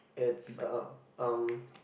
it's a um